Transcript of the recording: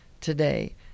today